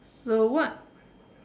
so what